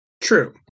true